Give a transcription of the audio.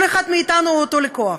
כל אחד מאיתנו הוא אותו לקוח.